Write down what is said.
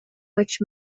which